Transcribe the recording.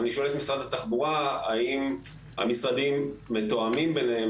ואני שואל את משרד התחבורה האם המשרדים מתואמים ביניהם,